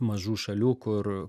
mažų šalių kur